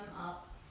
up